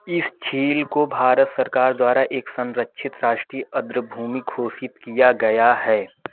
इस झील को भारत सरकार द्वारा एक संरक्षित राष्ट्रीय आद्रभूमि घोषित किया गया है